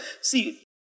See